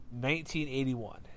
1981